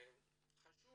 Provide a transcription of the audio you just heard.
חשוב